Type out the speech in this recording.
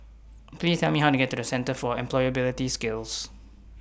Please Tell Me How to get to The Centre For Employability Skills